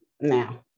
now